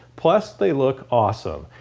plus they look awesome.